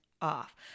off